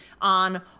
on